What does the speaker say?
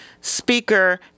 speaker